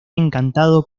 encantado